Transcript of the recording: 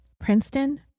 Princeton